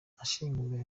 ashimira